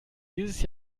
dieses